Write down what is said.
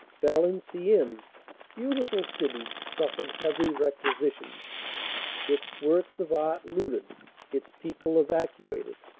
valenciennes, beautiful city, suffered heavy requisi tions its works of art looted its people evacuated.